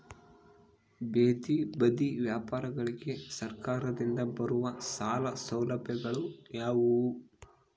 ಬೇದಿ ಬದಿ ವ್ಯಾಪಾರಗಳಿಗೆ ಸರಕಾರದಿಂದ ಬರುವ ಸಾಲ ಸೌಲಭ್ಯಗಳು ಯಾವುವು?